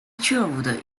travelled